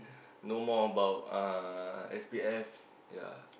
no more about uh S_P_F yeah